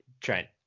Trent